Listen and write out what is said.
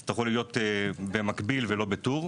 יותר מהיר ודברים יצטרכו להיות במקביל ולא בטור.